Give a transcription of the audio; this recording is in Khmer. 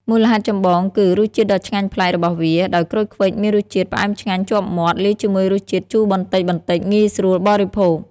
មូលហេតុចម្បង គឺ រសជាតិដ៏ឆ្ងាញ់ប្លែក របស់វា ដោយក្រូចឃ្វិចមានរសជាតិផ្អែមឆ្ងាញ់ជាប់មាត់ លាយជាមួយរសជាតិជូរបន្តិចៗ ងាយស្រួលបរិភោគ។